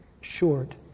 short